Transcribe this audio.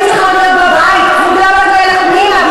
נשים צריכות להיות בבית, כבודה בת מלך פנימה.